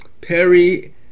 perry